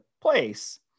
place